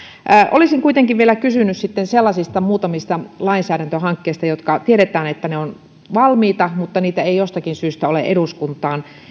olisin kuitenkin vielä kysynyt sitten sellaisista muutamista lainsäädäntöhankkeista joista tiedetään että ne ovat valmiita mutta niitä ei jostakin syystä ole eduskuntaan